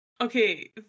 Okay